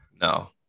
No